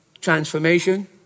transformation